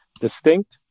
distinct